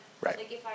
Right